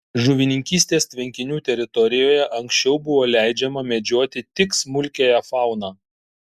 žuvininkystės tvenkinių teritorijoje anksčiau buvo leidžiama medžioti tik smulkiąją fauną